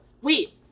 wait